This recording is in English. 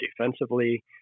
defensively